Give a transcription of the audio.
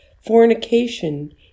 fornication